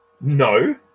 No